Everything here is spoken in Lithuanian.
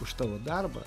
už tavo darbą